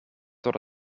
tot